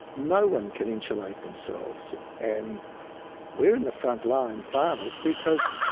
no one can insulate themselves. and we are in the front line, farmers, because